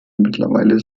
mittlerweile